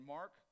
Mark